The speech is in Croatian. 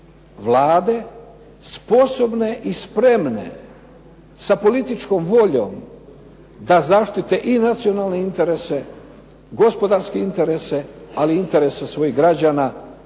vlade sposobne i spremne sa političkom voljom da zaštite i nacionalne interese, gospodarske interese ali i interese svojih građana